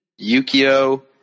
Yukio